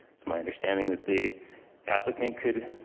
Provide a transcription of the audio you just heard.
it's my understanding that the applicant could.